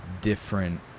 different